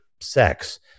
sex